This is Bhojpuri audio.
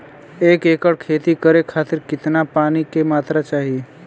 एक एकड़ खेती करे खातिर कितना पानी के मात्रा चाही?